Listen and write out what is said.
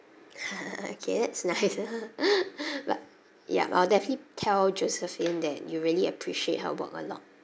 okay that's nice but yup I'll definitely tell josephine that you really appreciate her work a lot